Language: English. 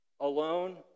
alone